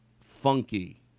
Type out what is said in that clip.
Funky